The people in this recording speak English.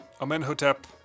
Amenhotep